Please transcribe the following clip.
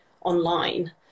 online